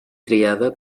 triada